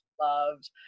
loved